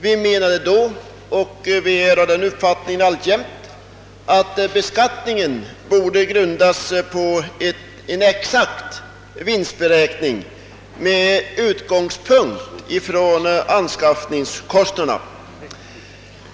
Vi ansåg då, och vi är av den uppfattningen alltjämt, att beskattningen borde grundas på en exakt vinstberäkning med utgångspunkt ifrån anskaffningskostnaderna.